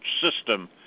system